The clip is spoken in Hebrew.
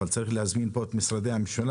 צריך להזמין גם את משרדי הממשלה